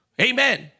Amen